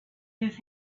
his